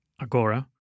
agora